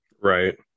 Right